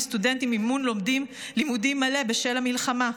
סטודנטים מקבלים מימון לימודים מלא בשל המלחמה.